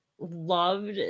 loved